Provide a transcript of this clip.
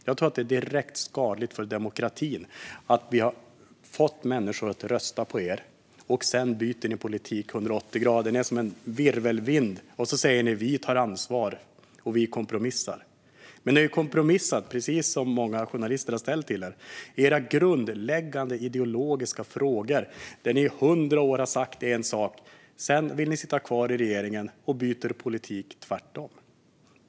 Jag tror att det är direkt skadligt för demokratin att ni har fått människor att rösta på er och sedan bytt politik 180 grader. Ni är som en virvelvind. Sedan säger ni att ni tar ansvar och kompromissar. Men ni har kompromissat om det som många journalister har ställt frågor om till er: era grundläggande ideologiska frågor, där ni i hundra år har sagt en sak. Sedan vill ni sitta kvar i regeringen och byter till en politik som är tvärtom.